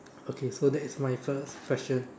okay so that's my first question